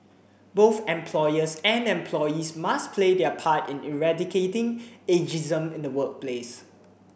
both employers and employees must play their part in eradicating ageism in the workplace